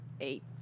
Eight